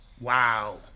Wow